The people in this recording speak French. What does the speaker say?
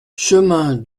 chemin